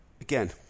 again